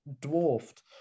dwarfed